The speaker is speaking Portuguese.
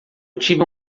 tive